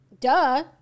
duh